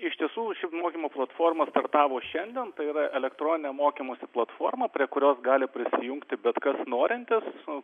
iš tiesų ši mokymo platforma startavo šiandien tai yra elektroninė mokymosi platforma prie kurios gali prisijungti bet kas norintis